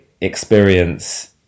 experience